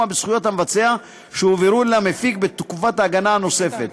בזכויות המבצע שהועברו למפיק בתקופת ההגנה הנוספת.